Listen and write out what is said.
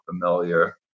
familiar